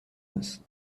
است